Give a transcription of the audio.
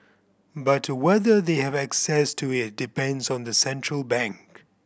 but whether they have access to it depends on the central bank